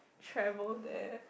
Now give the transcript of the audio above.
travel there